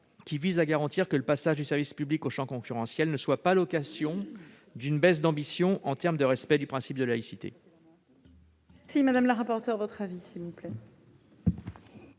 qui vise à garantir que le passage du service public au champ concurrentiel ne sera pas l'occasion d'une baisse d'ambition en matière de respect du principe de laïcité.